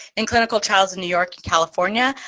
in clinical trials in new york and california,